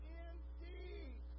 indeed